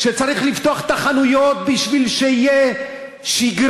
כשצריך לפתוח את החנויות כדי שתהיה שגרה,